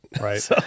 Right